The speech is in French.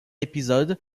épisode